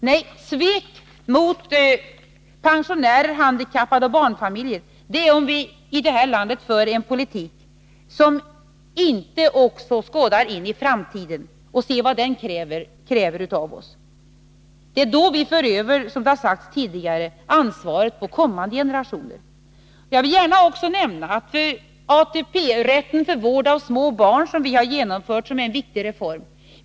Nej, svek mot pensionärer, handikappade och barnfamiljer är det, om vi i det här landet för en politik som inte också skådar in i framtiden och ser vad den kräver av oss. Det är då vi för över, som det har sagts tidigare, ansvaret på kommande generationer. Jag vill gärna också nämna rätten till ATP för vård av små barn, som vi har genomfört och som är en viktig reform.